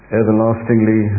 everlastingly